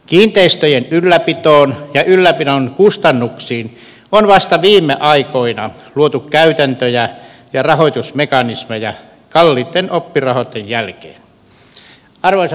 kiinteistöjen ylläpitoon ja ylläpidon kustannuksiin on vasta viime aikoina luotu käytäntöjä ja rahoitusmekanismeja kalliiden oppirahojen jälkeen